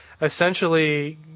essentially